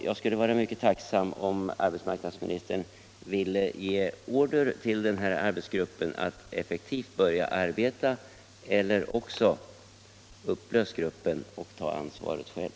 Jag skulle vara mycket tacksam om arbetsmarknadsministern ville antingen ge order till den här arbetsgruppen att effektivt börja arbeta eller också upplösa gruppen och ta ansvaret själv.